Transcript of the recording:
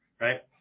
right